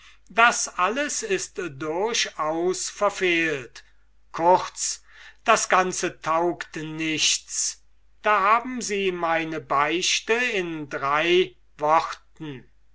das alles ist durchaus verfehlt kurz das ganze taugt nichts da haben sie meine beichte in drei worten